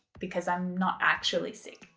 because i'm not actually sick.